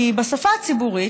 כי בשפה הציבורית,